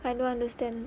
I don't understand